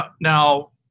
Now